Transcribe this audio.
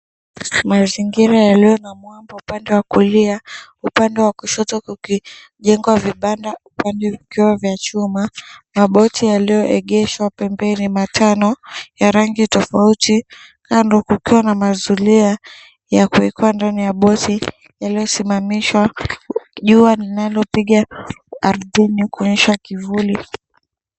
Mazingira yaliyo na mwanga upande wa kulia, upande wa kushoto kukijengwa vibanda upande vikiwa vya chuma. Maboti yaliyoegeshwa pembeni matano, ya rangi tofauti kando kukiwa na mazulia ya kuekwa ndani ya boti yaliyosimamishiwa. Jua linapiga ardhini kuonyesha kivuli.